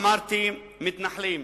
אמרתי: מתנחלים.